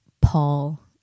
Paul